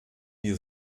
die